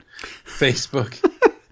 Facebook